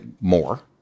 more